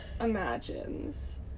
Imagines